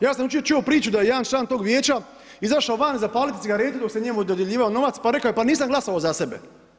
Ja sam jučer čuo priču da je jedan član tog vijeća izašao van zapaliti cigaretu dok se njemu dodjeljivao novac, pa rekao nisam glasovao za sebe.